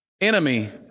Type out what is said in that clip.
enemy